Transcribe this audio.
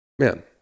Man